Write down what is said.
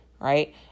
Right